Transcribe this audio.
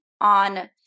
on